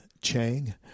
Chang